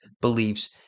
beliefs